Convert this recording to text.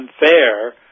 unfair